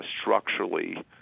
structurally